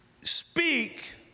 speak